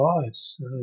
lives